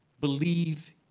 believe